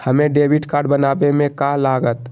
हमें debit card बनाने में का लागत?